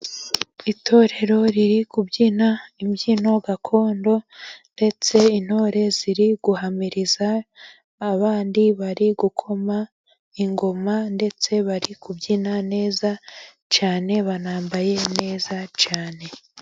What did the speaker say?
Itorero riri kubyina imbyino gakondo ndetse intore ziri guhamiriza abandi bari gukoma ingoma ndetse bari kubyina neza cyane, banambaye neza cyane.